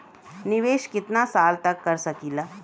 निवेश कितना साल तक कर सकीला?